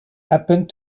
happened